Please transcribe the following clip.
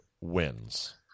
wins